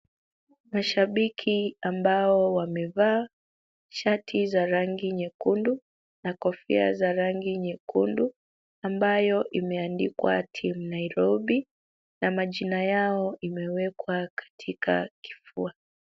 Mashabiki ambao wamevaa shati za rangi nyekundu na kofia za rangi nyekundu ambayo ambayo imeandikwa Team Nairobi na majina yao imewekwa katika kifua.